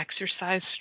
exercise